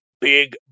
big